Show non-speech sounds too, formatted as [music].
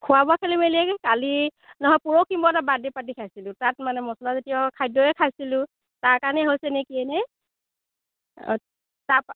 খোৱা বোৱা খেলিমেলি [unintelligible] কালি নহয় পৰহি মই এটা বাৰ্থডে' পাৰ্টি খাইছিলোঁ তাত মানে মছলাজাতীয় খাদ্যয়ে খাইছিলোঁ তাৰ কাৰণে হৈছেনে কিয়ে নে তাৰপৰা